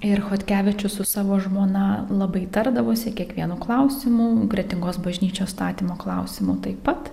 ir chodkevičius su savo žmona labai tardavosi kiekvienu klausimu kretingos bažnyčios statymo klausimu taip pat